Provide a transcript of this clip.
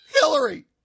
Hillary